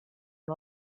seu